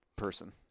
Person